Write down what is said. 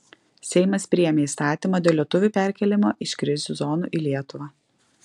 seimas priėmė įstatymą dėl lietuvių perkėlimo iš krizių zonų į lietuvą